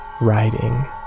Writing